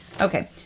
Okay